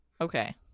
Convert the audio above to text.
Okay